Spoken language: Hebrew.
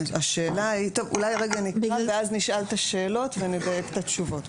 אולי נקרא ואז נשאל את השאלות ונדייק את התשובות.